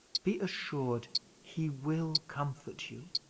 be assured he will comfort you.